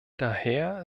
daher